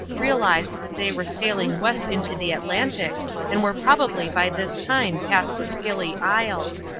realized that they were sailing west into the atlantic and were probably by this time past the scilly isles.